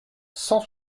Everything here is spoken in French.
cent